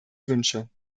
wünsche